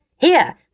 Here